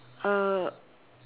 uh